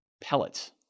pellets